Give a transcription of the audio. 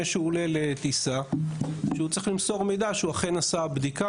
שהוא עולה לטיסה על כך שהוא אכן עשה בדיקה.